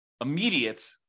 immediate